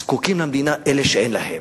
זקוקים למדינה אלה שאין להם.